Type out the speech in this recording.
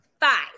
five